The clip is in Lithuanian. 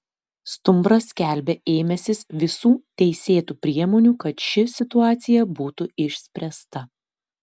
stumbras skelbia ėmęsis visų teisėtų priemonių kad ši situacija būtų išspręsta